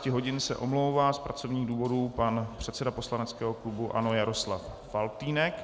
Od 11 hodin se omlouvá z pracovních důvodů pan předseda poslaneckého klubu ANO Jaroslav Faltýnek.